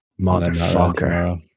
Motherfucker